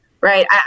right